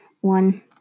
one